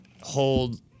hold